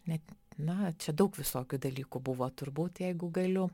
net na čia daug visokių dalykų buvo turbūt jeigu galiu